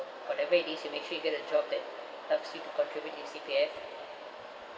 whatever it is you make sure you get a job that helps you to contribute to your C_P_F